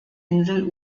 insel